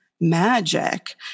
Magic